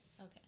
Okay